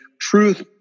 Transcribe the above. truth